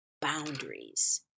boundaries